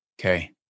Okay